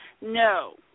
No